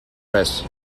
press